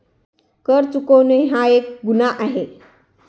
कर चुकवणे हा एक गुन्हा आहे